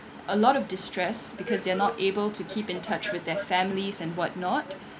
a lot of distress because they're not able to keep in touch with their families and whatnot